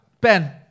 Ben